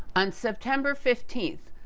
on september fifteenth,